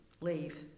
leave